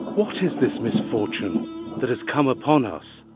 what is this misfortune that has come upon us?